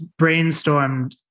brainstormed